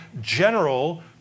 general